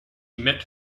met